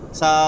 sa